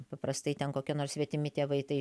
paprastai ten kokie nors svetimi tėvai tai